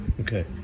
Okay